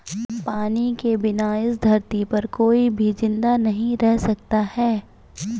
पानी के बिना इस धरती पर कोई भी जिंदा नहीं रह सकता है